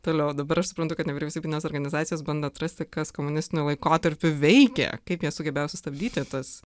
toliau dabar suprantu kad nevyriausybinės organizacijos bando atrasti kas komunistiniu laikotarpiu veikė kaip jie sugebėjo sustabdyti tas